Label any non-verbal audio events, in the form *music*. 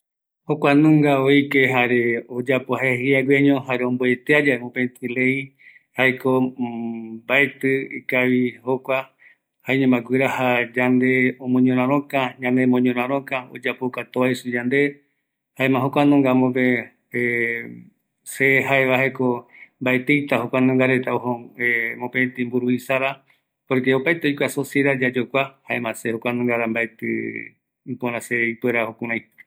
﻿Jkuano oike jare oyapo jae jeiaño, jare omboeteiyae mopeti ley, jaeko ● *hesitation* mbbaeti ikavi jokua, jaeñomguiraja yande omoñoraroká, ñanemoñoraroka, oyapoka tovaiso yande, jaema jokuanunga amope *hesitation* se jaeva jaeko mbaetiita jokua nunga reta ojo *hesitation* mopeti mburuvisara, porque oapete oikua suciedad yayokua, jaema se jokuanungagua mbaeti ipora se, ipöra jukurai